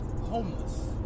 homeless